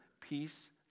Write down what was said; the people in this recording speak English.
peace